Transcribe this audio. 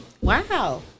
Wow